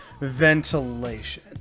ventilation